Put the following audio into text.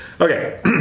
okay